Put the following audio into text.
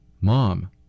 Mom